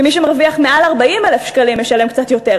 שמי שמרוויח מעל 40,000 שקלים משלם קצת יותר,